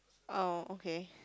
oh okay